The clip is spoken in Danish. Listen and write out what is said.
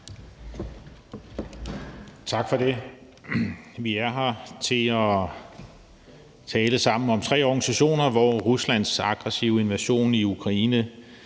Tak for det. Vi er her for at tale sammen om tre organisationer, og hvor Ruslands aggressive invasion i Ukraine